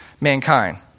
mankind